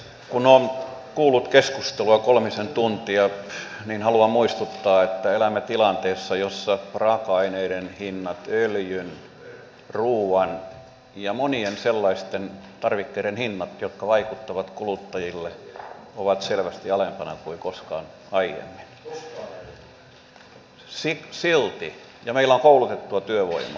kun olen kuullut keskustelua kolmisen tuntia niin haluan muistuttaa että elämme tilanteessa jossa raaka aineiden hinnat öljyn ruuan ja monien sellaisten tarvikkeiden hinnat jotka vaikuttavat kuluttajiin ovat selvästi alempana kuin koskaan aiemmin ja meillä on koulutettua työvoimaa